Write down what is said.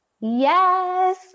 Yes